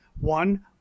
One